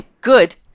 Good